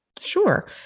Sure